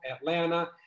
Atlanta